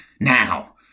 Now